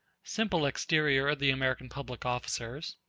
simple exterior of the american public officers